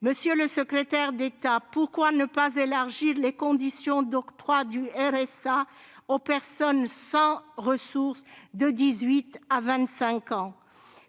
nos jeunes. Pourquoi ne pas élargir les conditions d'octroi du RSA aux personnes sans ressources âgées de 18 à 25 ans ?